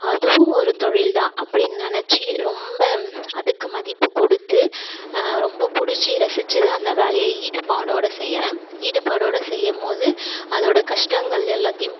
அதுவும் ஒரு தொழில்தான் அப்படின் நினச்சி ரொம்ப அதுக்கு மதிப்பு கொடுத்து ரொம்ப பிடிச்சி ரசிச்சு தான் அந்த வேலையை ஈடுபாடோட செய்கிறேன் ஈடுபாடோட செய்யும் போது அதோட கஷ்டங்கள் எல்லாத்தியும்